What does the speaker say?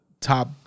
top